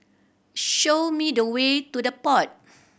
show me the way to The Pod